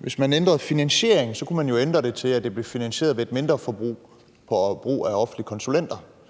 Hvis man ændrede finansiering, kunne man jo ændre det til, at det blev finansieret ved et mindre forbrug af offentlige konsulenter.